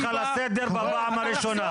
אני קורא אותך לסדר בפעם הראשונה.